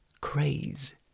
craze